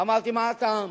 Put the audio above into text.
אמרתי: מה הטעם?